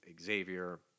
xavier